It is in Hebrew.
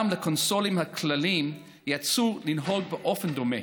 גם לקונסולים הכלליים ייעצו לנהוג באופן דומה.